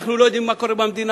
אנחנו לא יודעים מה קורה במדינה.